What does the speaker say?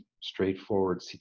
straightforward